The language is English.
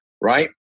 right